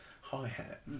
hi-hat